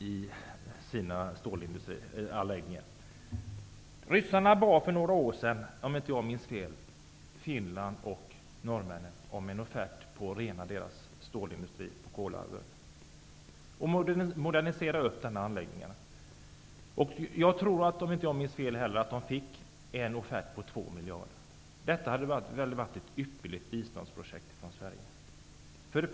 Om jag inte minns fel bad ryssarna för några år sedan Finland och Norge om en offert för att rena stålindustrin på Kolahalvön och modernisera anläggningen. Jag tror att de fick en offert på 2 miljarder. Detta skulle väl ha utgjort ett ypperligt biståndsprojekt för Sveriges del.